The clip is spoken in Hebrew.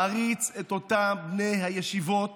מעריץ את אותם בני הישיבות